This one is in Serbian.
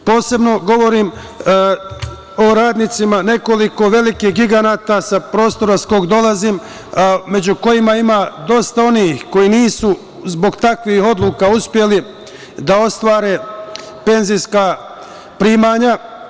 Posebno govorim o radnicima nekoliko velikih giganata sa prostora sa kog dolazim, među kojima ima dosta onih koji nisu zbog takvih odluka uspeli da ostvare penzijska primanja.